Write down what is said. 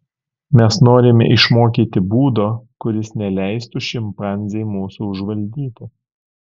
mes norime išmokyti būdo kuris neleistų šimpanzei mūsų užvaldyti